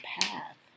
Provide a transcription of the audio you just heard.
path